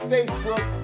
Facebook